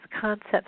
concepts